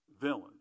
villain